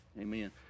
Amen